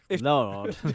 Lord